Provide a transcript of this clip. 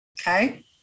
Okay